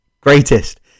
greatest